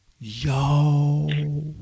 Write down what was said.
yo